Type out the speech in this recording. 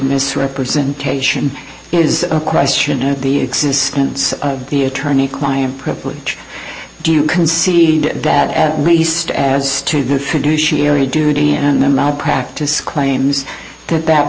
misrepresentation is a question of the existence of the attorney client privilege do you concede that at least as to the eyrie duty and them our practice claims that that